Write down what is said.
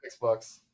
xbox